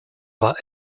war